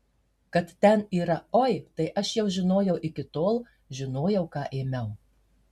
kad ten yra oi tai aš jau žinojau iki tol žinojau ką ėmiau